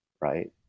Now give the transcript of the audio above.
right